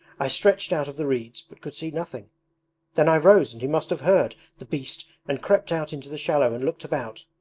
i stretched out of the reeds but could see nothing then i rose and he must have heard, the beast, and crept out into the shallow and looked about.